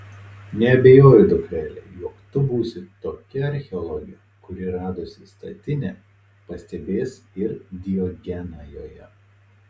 neabejoju dukrele jog tu būsi tokia archeologė kuri radusi statinę pastebės ir diogeną joje